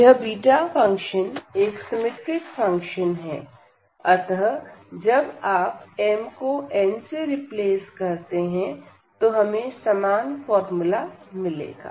यह beta function एक symmetric function है अतः जब आप m को n से रिप्लेस करते हैं तो हमें समान फॉर्म्युला मिलेगा